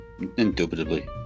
Indubitably